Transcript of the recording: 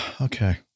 Okay